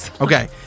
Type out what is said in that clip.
Okay